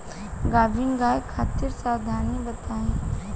गाभिन गाय खातिर सावधानी बताई?